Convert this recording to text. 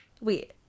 Wait